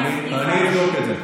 טוב, אתה תבדוק.